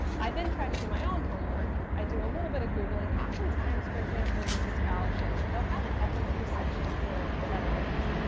i then try to do my own homework. i do a little bit of googling. oftentimes, for example, if it's a scholarship, they'll have and a faq section for letter writers.